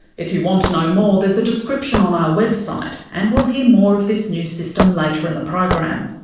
if you want to know more there's a description on our website, and we'll hear more of this new system later in the program.